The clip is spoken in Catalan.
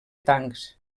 tancs